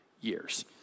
years